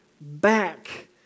back